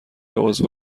عضو